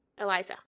Eliza